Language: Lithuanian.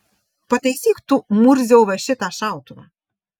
pataisyk tu murziau va šitą šautuvą